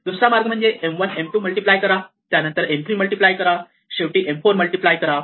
दुसरा मार्ग म्हणजे M1 M2 मल्टिप्लाय करा त्यानंतर M3 मल्टिप्लाय करा शेवटी M4 मल्टिप्लाय करा